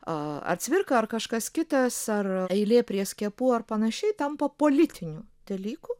a ar cvirka ar kažkas kitas ar eilė prie skiepų ar panašiai tampa politiniu dalyku